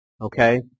Okay